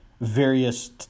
various